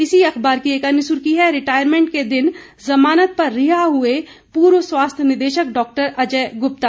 इसी अखबार की एक अन्य सुर्खी है रिटायरमेंट के दिन जमानत पर रिहा हुए पूर्व स्वास्थ्य निदेशक डॉ अजय गुप्ता